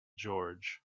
george